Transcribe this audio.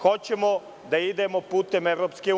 Hoćemo da idemo putem EU?